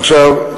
עכשיו,